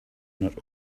not